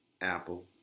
apple